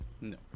no